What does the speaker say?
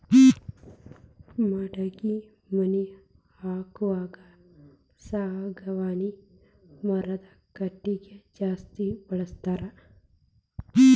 ಮಡಗಿ ಮನಿ ಹಾಕುವಾಗ ಸಾಗವಾನಿ ಮರದ ಕಟಗಿ ಜಾಸ್ತಿ ಬಳಸ್ತಾರ